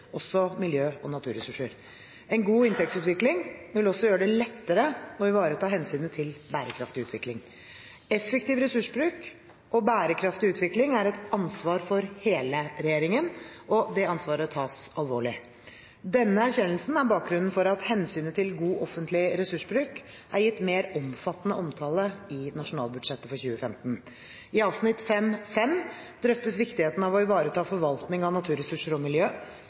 også miljø- og naturressurser. En god inntektsutvikling vil også gjøre det lettere å ivareta hensynet til bærekraftig utvikling. Effektiv ressursbruk og bærekraftig utvikling er et ansvar for hele regjeringen, og det ansvaret tas alvorlig. Denne erkjennelsen er bakgrunnen for at hensynet til god offentlig ressursbruk er gitt mer omfattende omtale i Nasjonalbudsjettet for 2015. I avsnitt 5.5 drøftes viktigheten av å ivareta forvaltning av naturressurser og miljø.